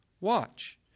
watch